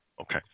Okay